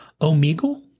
Omegle